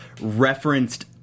referenced